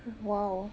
!wow!